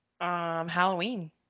halloween